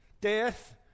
Death